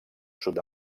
sud